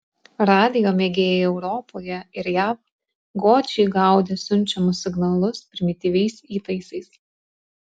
radijo mėgėjai europoje ir jav godžiai gaudė siunčiamus signalus primityviais įtaisais